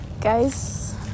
Guys